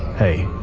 hey,